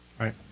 Right